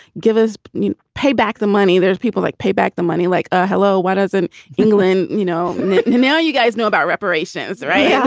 give us you pay back the money. there's people like pay back the money like, ah hello, why doesn't england, you know? now you guys know about reparations, right? yeah